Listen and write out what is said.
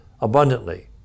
abundantly